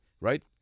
right